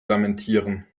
lamentieren